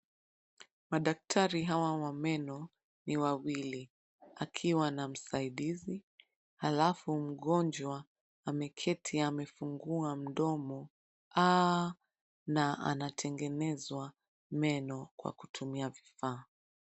Madaktari hawa wa meno ni wawili akiwa na msaidizi. Alafu mgonjwa ameketi amefungua mdomo na anatengenezwa meno kwa kutumia vifaa.